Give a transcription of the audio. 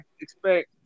expect